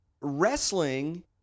wrestling